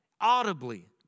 audibly